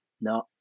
no